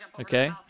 Okay